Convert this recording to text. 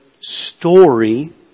story